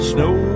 Snow